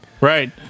Right